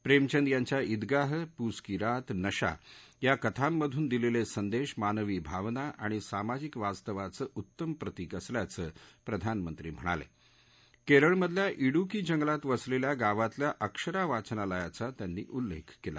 प्रसिद यांच्या ईदगाह पूस की रात नशा या कथांमधून दिलखि संदर्ध मानवी भावना आणि सामाजिक वास्तवाचं उत्तम प्रतिक असल्याचं प्रधानमंत्री म्हणाला क्रेख्ळमधल्या डुकी जंगलात वसलखि गावातल्या अक्षरा वाचनालयाचा त्यांनी उल्लखि कला